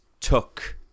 took